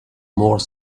more